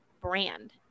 brand